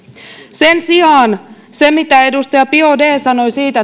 sen sijaan se mitä edustaja biaudet sanoi siitä